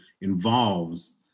involves